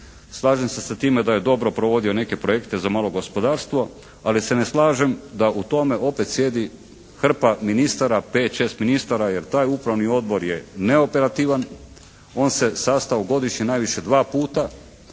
Slažem se sa time da je dobro provodio neke projekte za malo gospodarstvo, ali se ne slažem da u tome opet sjedi hrpa ministara, 5, 6 ministara, jer taj upravni odbor je neoperativan, on se sastao godišnje najviše dva puta,